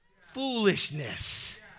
Foolishness